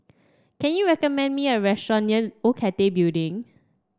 can you recommend me a restaurant near Old Cathay Building